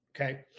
okay